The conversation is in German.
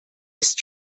ist